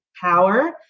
power